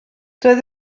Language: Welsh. doedd